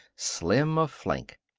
slim of flank.